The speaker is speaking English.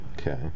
Okay